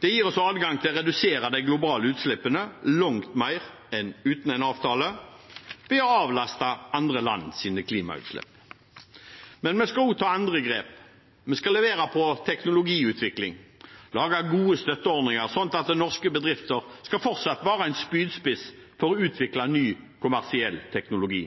Det gir oss adgang til å redusere de globale utslippene langt mer enn uten en avtale, ved å avlaste andre lands klimautslipp. Men vi skal også ta andre grep. Vi skal levere på teknologiutvikling og lage gode støtteordninger, slik at norske bedrifter fortsatt skal være en spydspiss for å utvikle ny kommersiell teknologi.